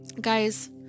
Guys